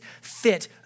fit